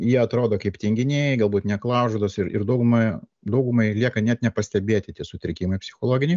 jie atrodo kaip tinginiai galbūt neklaužados ir ir daugumoje daugumai lieka net nepastebėti tie sutrikimai psichologiniai